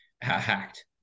hacked